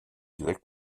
direkt